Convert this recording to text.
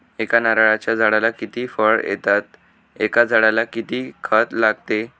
एका नारळाच्या झाडाला किती फळ येतात? एका झाडाला किती खत लागते?